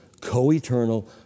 co-eternal